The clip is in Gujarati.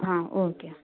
હં ઓકે